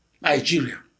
Nigeria